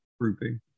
grouping